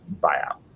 buyout